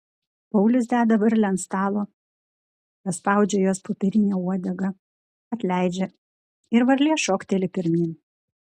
paulius deda varlę ant stalo paspaudžia jos popierinę uodegą atleidžia ir varlė šokteli pirmyn